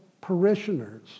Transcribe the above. parishioners